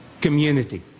community